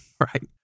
Right